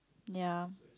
ya